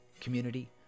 community